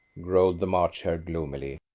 growled the march hare gloomily,